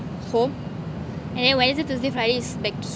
home and then wednesday thursday friday is back to school